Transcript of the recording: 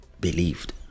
believed